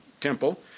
temple